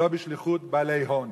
ולא בשליחות בעלי הון.